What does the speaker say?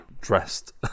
dressed